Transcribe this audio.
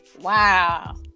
Wow